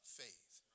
faith